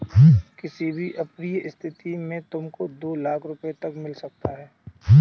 किसी भी अप्रिय स्थिति में तुमको दो लाख़ रूपया तक मिल सकता है